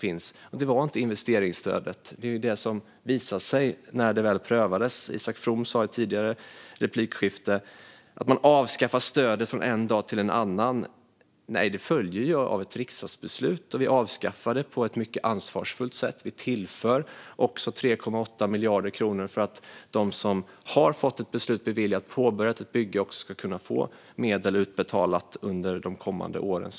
Inte heller investeringsstödet var en sådan, vilket visade sig när det väl prövades. Isak From sa att man avskaffar stödet från en dag till en annan. Nej, så är det inte, utan det följer av ett riksdagsbeslut, och vi avskaffar det på ett mycket ansvarsfullt sätt. Vi tillför också 3,8 miljarder kronor för att de som har fått stöd beviljat och har påbörjat byggen ska kunna få medel utbetalade även under de kommande åren.